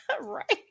right